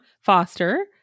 Foster